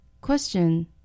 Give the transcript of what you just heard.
Question